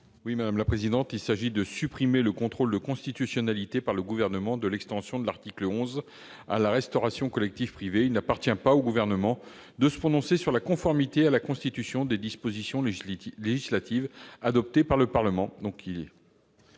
Cet amendement vise à supprimer le contrôle de constitutionnalité par le Gouvernement de l'extension de l'article 11 à la restauration collective privée. Il n'appartient pas au Gouvernement de se prononcer sur la conformité à la Constitution des dispositions législatives adoptées par le Parlement.